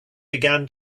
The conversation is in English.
began